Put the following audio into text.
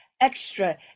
extra